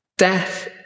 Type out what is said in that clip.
Death